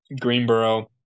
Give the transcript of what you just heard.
Greenboro